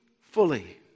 fully